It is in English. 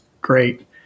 great